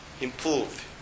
improved